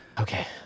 Okay